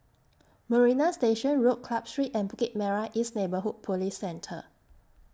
Marina Station Road Club Street and Bukit Merah East Neighbourhood Police Centre